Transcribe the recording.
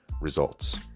results